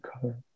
color